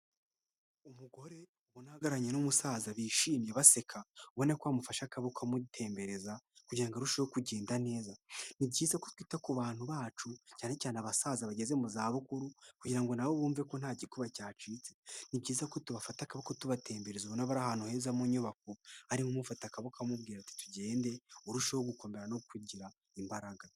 Umugore umuntu ubona ahagararanye n'umusaza bishimye baseka ubone ko amufasha akaboko amutembereza kugirango ngo arusheho kugenda neza, ni byiza ku twita ku bantu bacu cyane cyane abasaza bageze mu za bukuru kugira na bumve ko nta gikuba cyacitse ni byiza ko tubafata akaboko tubatembereza, ubona bari ahantu heza mu nyubako arimo amufata akaboko amubwira ati tugende urusheho gukomera no kugira imbaraga.